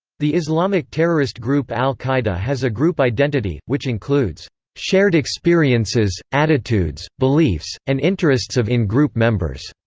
the islamic terrorist group al-qaeda has a group identity, which includes shared experiences, attitudes, beliefs, and interests of in-group members,